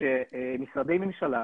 שמשרדי ממשלה